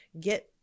Get